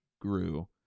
grew